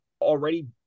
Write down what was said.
already